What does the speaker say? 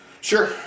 sure